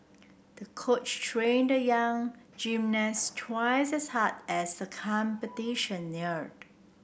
the coach trained the young gymnast twice as hard as the competition neared